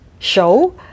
show